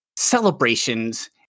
celebrations